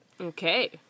Okay